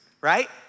right